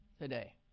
today